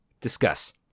Discuss